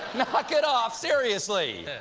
knock it off! seriously!